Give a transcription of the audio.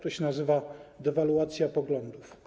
To się nazywa dewaluacja poglądów.